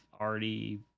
already